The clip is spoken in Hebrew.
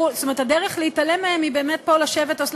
הדרך להתעלם מהם היא באמת לשבת פה,